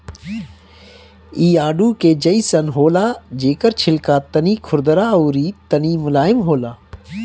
इ आडू के जइसन होला जेकर छिलका तनी खुरदुरा अउरी तनी मुलायम होला